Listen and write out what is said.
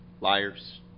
liars